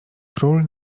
król